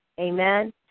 Amen